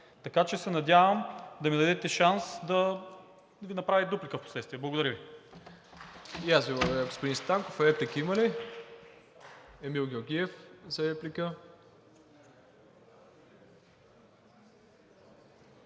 Така че се надявам да ми дадете шанс да направя дуплика впоследствие. Благодаря Ви.